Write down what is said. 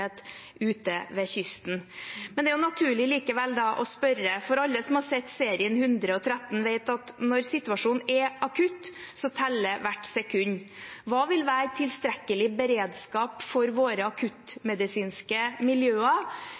ute ved kysten. Det er naturlig da likevel å spørre – for alle som har sett serien «113», vet at når situasjonen er akutt, teller hvert sekund: Hva vil være tilstrekkelig beredskap for våre akuttmedisinske miljøer